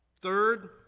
Third